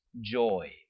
joy